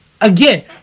again